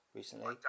recently